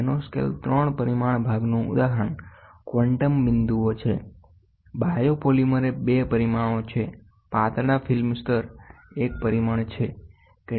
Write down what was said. nanoscale ત્રણ પરિમાણ ભાગનું ઉદાહરણ ક્વોન્ટમ બિંદુઓ છે બાયોપોલિમર એ બે પરિમાણો છે પાતળા ફિલ્મ સ્તર એક પરિમાણ છે